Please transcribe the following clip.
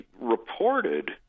reported